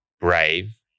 brave